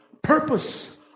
purpose